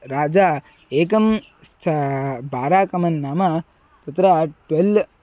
राजा एकं स्थानं बाराकमन् नाम तत्र ट्वेल्